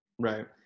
right